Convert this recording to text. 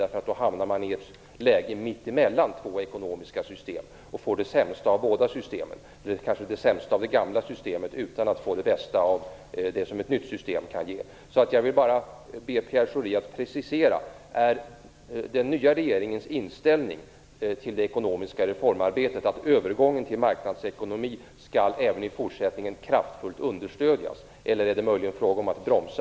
Då hamnar man i ett läge mitt emellan två ekonomiska system och får det sämsta av båda systemen, eller kanske det sämsta av det gamla systemet utan att få det bästa av det som ett nytt system kan ge. Jag vill bara be Pierre Schori att precisera om den nya regeringens inställning till det ekonomiska reformarbetet är att övergången till marknadsekonomi även i fortsättningen kraftfullt skall understödjas, eller är det möjligen frågan om att bromsa.